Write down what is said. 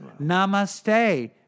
Namaste